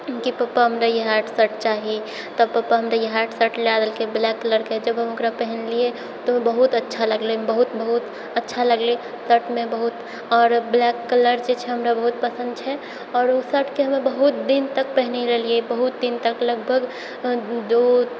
कि पप्पा हमरा इएह शर्ट चाही तऽ पप्पा हमरा इएह शर्ट लए देलकै ब्लैक कलरके जब हमे ओकरा पहनलियै तऽ ओ बहुत अच्छा लगलै बहुत बहुत लगलै शर्टमे बहुत आओर ब्लैक कलर जे छै हमरा बहुत पसन्द छै आओर ओहि शर्टके हमरा बहुत दिन तक पहिनलियै बहुत दिन तक लगभग दू